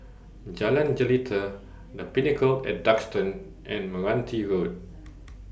Jalan Jelita The Pinnacle A tDuxton and Meranti Road